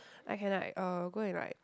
I can like uh go and like